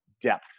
depth